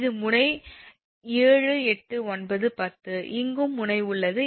இது முனை எண் 7 8 9 10 இங்கும் முனை உள்ளது